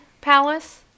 Palace